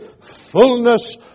fullness